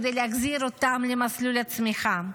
כדי להחזיר אותם למסלול הצמיחה.